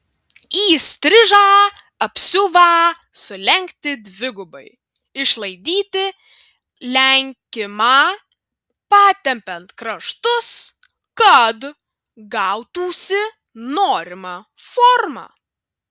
įstrižą apsiuvą sulenkti dvigubai išlaidyti lenkimą patempiant kraštus kad gautųsi norima forma